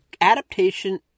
adaptation